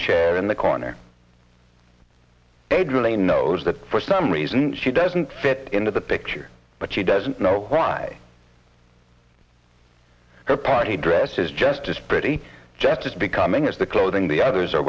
chair in the corner adrian a knows that for some reason she doesn't fit into the picture but she doesn't know why her party dresses just as pretty just as becoming as the clothing the others are